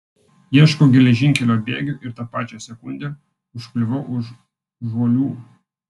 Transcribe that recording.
ieškau geležinkelio bėgių ir tą pačią sekundę užkliūvu už žuolių